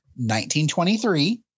1923